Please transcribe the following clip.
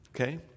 okay